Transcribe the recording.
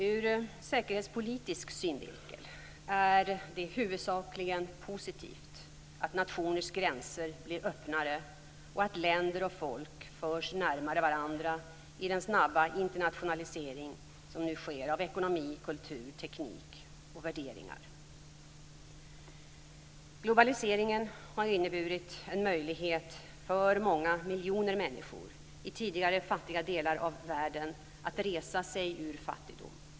Ur säkerhetspolitisk synvinkel är det huvudsakligen positivt att nationers gränser blir öppnare och att länder och folk förs närmare varandra i den snabba internationalisering som nu sker av ekonomi, kultur, teknik och värderingar. Globaliseringen har inneburit en möjlighet för många miljoner människor i tidigare fattiga delar av världen att resa sig ur fattigdom.